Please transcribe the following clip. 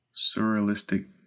Surrealistic